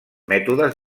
mètodes